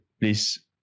please